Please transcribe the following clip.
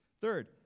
Third